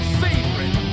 favorite